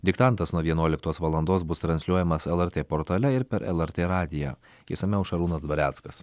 diktantas nuo vienuoliktos valandos bus transliuojamas lrt portale ir per lrt radiją išsamiau šarūnas dvareckas